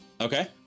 Okay